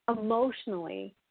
emotionally